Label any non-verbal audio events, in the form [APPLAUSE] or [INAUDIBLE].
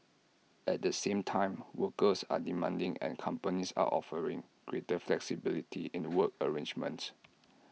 at the same time workers are demanding and companies are offering greater flexibility [NOISE] in work arrangements